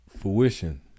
fruition